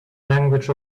language